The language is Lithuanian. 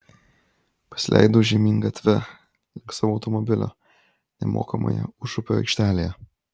pasileidau žemyn gatve link savo automobilio nemokamoje užupio aikštelėje